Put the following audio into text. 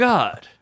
God